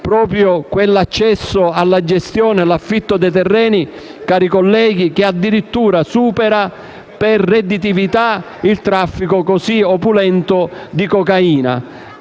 proprio quell'accesso alla gestione e all'affitto dei terreni che, cari colleghi, addirittura supera per redditività il traffico così opulento di cocaina.